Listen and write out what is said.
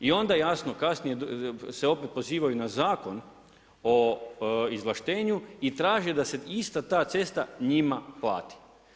I onda jasno kasnije se opet pozivaju na Zakon o izvlaštenju i traže da se ista ta cesta njima plati.